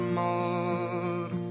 more